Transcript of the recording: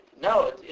no